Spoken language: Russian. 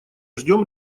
ждем